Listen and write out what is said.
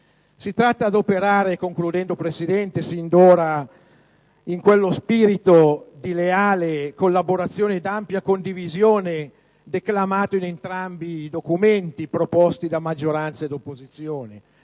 Si tratta d'operare sin d'ora in quello spirito di leale collaborazione ed ampia condivisione richiamato in entrambi i documenti proposti da maggioranza ed opposizione,